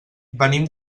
venim